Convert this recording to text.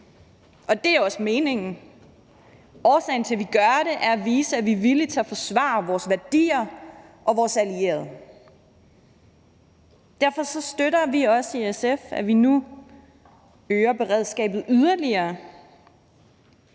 og det er også meningen. Årsagen til, at vi gør det, er, at vi vil vise, at vi er villige til at forsvare vores værdier og vores allierede. Derfor støtter vi også i SF, at vi nu øger beredskabet yderligere.